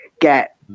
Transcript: get